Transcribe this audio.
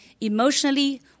Emotionally